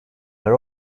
are